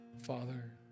Father